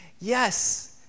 yes